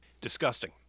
Disgusting